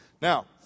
Now